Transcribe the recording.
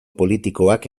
politikoak